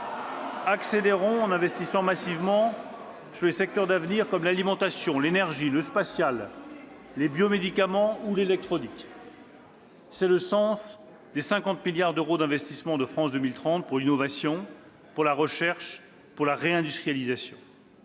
?« Accélérons en investissant massivement dans les secteurs d'avenir, comme l'alimentation, l'énergie, le spatial, les biomédicaments ou l'électronique. C'est le sens des 50 milliards d'euros d'investissements de France 2030 pour l'innovation, la recherche et la réindustrialisation.